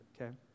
okay